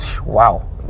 Wow